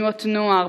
בתנועות נוער,